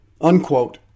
unquote